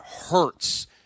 hurts